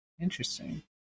Interesting